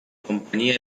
compañía